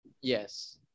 yes